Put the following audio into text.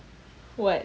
what